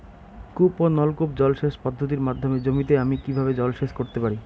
কূপ ও নলকূপ জলসেচ পদ্ধতির মাধ্যমে জমিতে আমি কীভাবে জলসেচ করতে পারি?